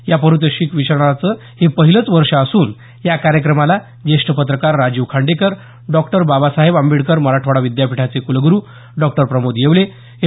या पारितोषिक वितरणाचं हे पहिलच वर्ष असून या कार्यक्रमाला ज्येष्ठ पत्रकार राजीव खांडेकर डॉक्टर बाबासाहेब आंबेडकर मराठवाडा विद्यापीठाचे कुलगुरु डॉक्टर प्रमोद येवले एम